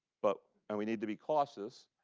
but and we need to be cautious.